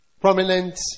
prominent